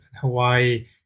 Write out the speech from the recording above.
Hawaii